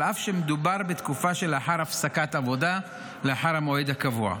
על אף שמדובר בתקופה שלאחר הפסקת עבודה לאחר המועד הקבוע.